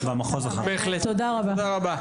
תודה רבה.